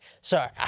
sorry